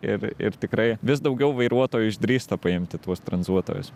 ir ir tikrai vis daugiau vairuotojų išdrįsta paimti tuos tranzuotojus